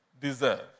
deserve